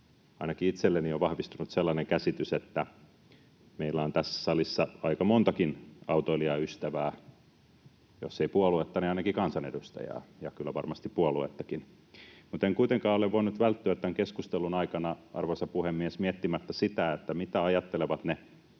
Ainakin itselleni on vahvistunut sellainen käsitys, että meillä on tässä salissa aika montakin autoilijan ystävää, jos ei puoluetta, niin ainakin kansanedustajaa. Ja kyllä varmasti puoluettakin. En kuitenkaan ole voinut välttyä tämän keskustelun aikana, arvoisa puhemies, miettimästä sitä, mitä ajattelevat ne